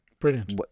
brilliant